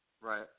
Right